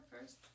first